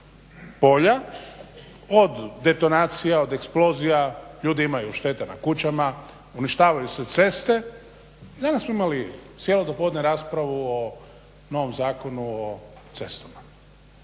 polja od detonacija, od eksplozija ljudi imaju štete na kućama, uništavaju se ceste. Danas smo imali cijelo dopodne raspravu o novom Zakonu o cestama.